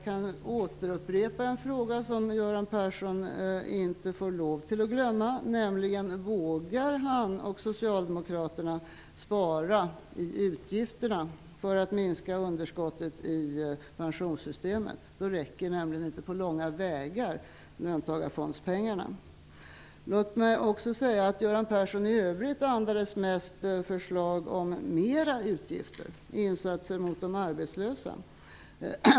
Jag kan upprepa en fråga som Göran Persson inte får lov att glömma: Vågar socialdemokraterna spara i utgifterna för att minska underskottet i pensionssytemet? Löntagarfondspengarna räcker nämligen inte på långa vägar. Låt mig också säga att Göran Persson i övrigt mest andades förslag om större utgifter för insatser för de arbetslösa.